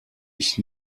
ich